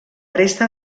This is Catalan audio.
resta